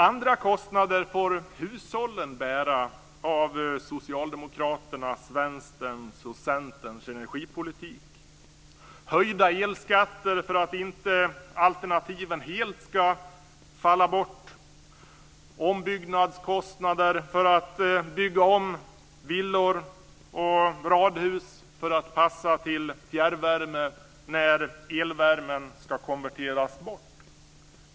Andra kostnader för Socialdemokraternas, Vänsterns och Centerns energipolitik får hushållen bära: höjda elskatter för att inte alternativen helt ska falla bort och ombyggnadskostnader för att bygga om villor och radhus så att de passar till fjärrvärme när elvärmen ska konverteras bort.